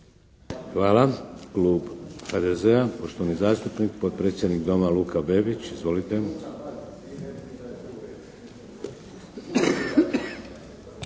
Hvala. Klub HDZ-a, poštovani zastupnik potpredsjednik Doma, Luka Bebić. Izvolite.